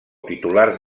titulars